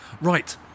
Right